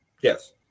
Yes